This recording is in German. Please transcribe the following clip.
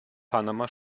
panama